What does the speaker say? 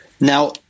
Now